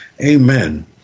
Amen